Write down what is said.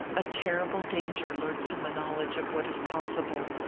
a terrible danger lurks in the knowledge of what is possible,